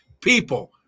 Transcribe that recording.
people